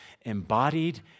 embodied